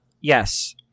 Yes